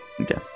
okay